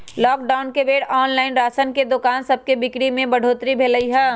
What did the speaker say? lockdown के बेर online राशन के दोकान सभके बिक्री में बढ़ोतरी भेल हइ